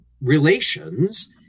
relations